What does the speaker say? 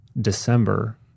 December